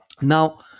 Now